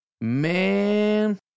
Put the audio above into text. Man